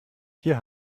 hier